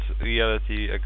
reality